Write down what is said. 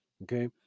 Okay